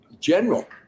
general